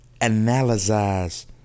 analyze